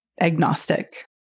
agnostic